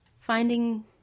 finding